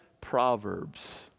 Proverbs